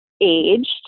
aged